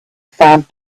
found